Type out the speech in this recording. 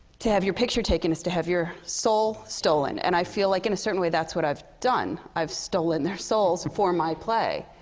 to have your picture taken is to have your soul stolen. and i feel like in a certain way, that's what i've done. i've stolen their souls for my play.